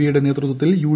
പിയുടെ നേതൃത്വത്തിൽ യു